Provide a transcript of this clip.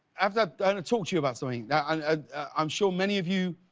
have to talk to you about something. yeah and ah i'm sure many of you